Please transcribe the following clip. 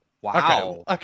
Wow